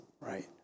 right